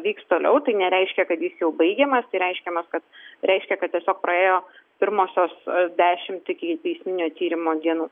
vyks toliau tai nereiškia kad jis jau baigiamas tai reiškiamas reiškia kad tiesiog praėjo pirmosios dešimt ikiteisminio tyrimo dienų